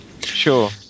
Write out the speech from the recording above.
sure